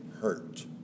hurt